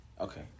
okay